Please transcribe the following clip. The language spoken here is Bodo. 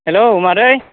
हेल्ल' मादै